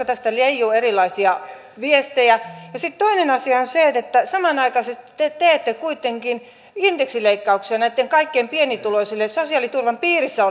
tästä leijuu erilaisia viestejä sitten toinen asia on se että samanaikaisesti te teette kuitenkin indeksileikkauksia kaikkein pienituloisimmille sosiaaliturvan piirissä